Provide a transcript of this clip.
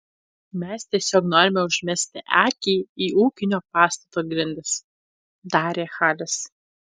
mes tiesiog norime užmesti akį į ūkinio pastato grindis tarė haris